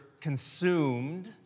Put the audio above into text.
consumed